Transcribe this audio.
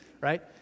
right